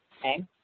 okay